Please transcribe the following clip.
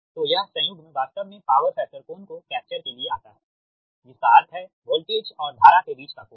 तो यह संयुग्म वास्तव में पावर फैक्टर कोण को कैप्चर के लिए आता है जिसका अर्थ है वोल्टेज और धारा के बीच का कोण